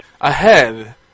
ahead